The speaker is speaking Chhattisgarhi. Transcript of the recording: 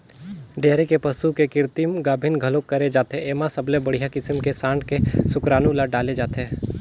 डेयरी के पसू के कृतिम गाभिन घलोक करे जाथे, एमा सबले बड़िहा किसम के सांड के सुकरानू ल डाले जाथे